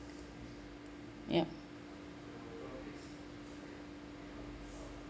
yup